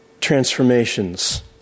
transformations